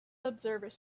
observers